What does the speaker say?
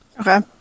Okay